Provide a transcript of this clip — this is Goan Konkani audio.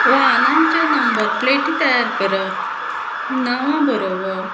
वाहनांच्या नंबर प्लेटी तयार करप नांवां बरोवप